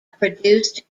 produced